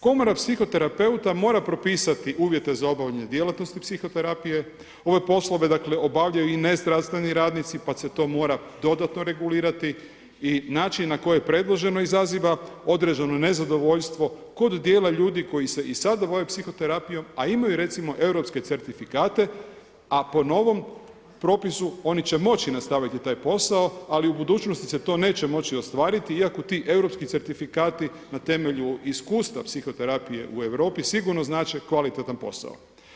Komora psihoterapeuta mora propisati uvjete za obavljanje djelatnosti psihoterapije, ove poslove dakle obavljaju i nezdravstveni radnici pa se to mora dodatno regulirati i način na koji je predloženo izazova određeno nezadovoljstvo kod djela ljudi koji se i sada bave psihoterapijom a imaju recimo europske certifikate a po novom propisu, oni će moći nastaviti taj posao ali u budućnosti se to neće moći ostvariti iako ti europski certifikati na temelju iskustva psihoterapije u Europi, sigurno znače kvalitetan posao.